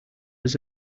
was